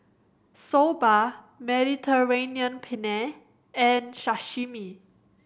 Soba Mediterranean Penne and Sashimi